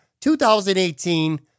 2018